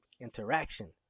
interaction